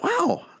Wow